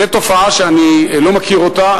זו תופעה שאני לא מכיר אותה.